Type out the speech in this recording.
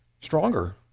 stronger